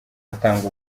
atanga